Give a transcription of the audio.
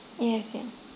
yes yeah